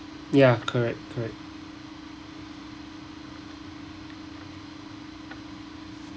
ya correct correct